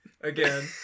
Again